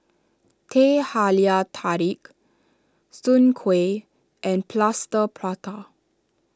Teh Halia Tarik Soon Kueh and Plaster Prata